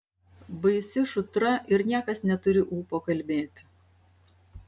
baisi šutra ir niekas neturi ūpo kalbėti